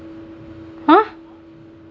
!huh!